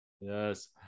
Yes